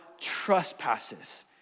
trespasses